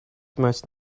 most